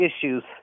issues